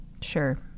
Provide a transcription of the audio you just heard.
Sure